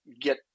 get